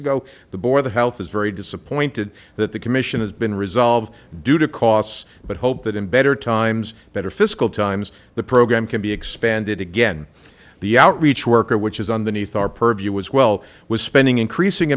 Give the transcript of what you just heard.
ago the board the health is very disappointed that the commission has been resolved due to costs but hope that in better times better fiscal times the program can be expanded again the outreach worker which is on the new thor purview was well was spending increasing